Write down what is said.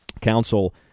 council